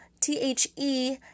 T-H-E